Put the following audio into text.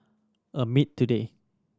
at today